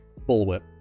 Bullwhip